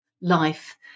Life